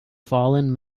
fallen